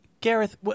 Gareth